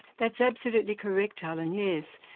that's absolutely correct, alan, yes.